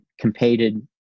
competed